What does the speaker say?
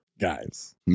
Guys